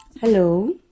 Hello